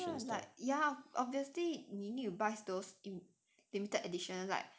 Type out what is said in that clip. ya obviously you need to buy those limited edition like